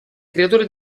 creatore